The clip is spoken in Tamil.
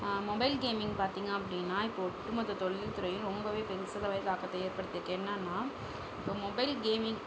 மொபைல் கேமிங் பார்த்திங்க அப்படின்னா இப்போது ஒட்டு மொத்த தொழில் துறையும் ரொம்பவே பெருசளவில் தாக்கத்தை ஏற்படுத்தியிருக்கு என்னென்னா இப்போ மொபைல் கேமிங்